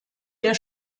der